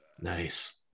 Nice